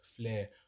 flair